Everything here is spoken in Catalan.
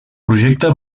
projecte